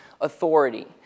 authority